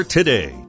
Today